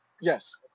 Yes